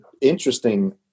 interesting